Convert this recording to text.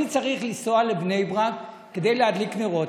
אני צריך לנסוע לבני ברק כדי להדליק נרות.